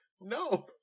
No